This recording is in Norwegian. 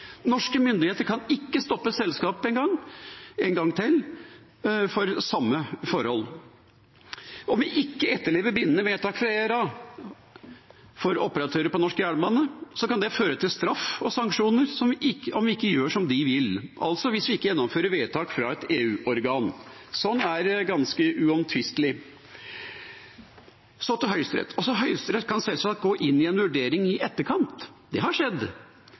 Norske myndigheter kan ikke stoppe selskapet en gang til for samme forhold. Om vi ikke etterlever bindende vedtak fra ERA for operatører på norsk jernbane, kan det føre til straff og sanksjoner om vi ikke gjør som de vil, altså hvis vi ikke gjennomfører vedtak fra et EU-organ. Sånn er det ganske uomtvistelig. Så til Høyesterett: Høyesterett kan selvsagt gå inn i en vurdering i etterkant, det har skjedd